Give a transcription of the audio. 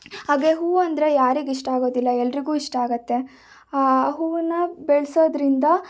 ಹಾಗೆ ಹೂವು ಅಂದರೆ ಯಾರಿಗೆ ಇಷ್ಟ ಆಗೋದಿಲ್ಲ ಎಲ್ಲರಿಗು ಇಷ್ಟ ಆಗುತ್ತೆ ಆ ಹೂವನ್ನು ಬೆಳೆಸೋದ್ರಿಂದ